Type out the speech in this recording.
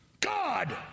God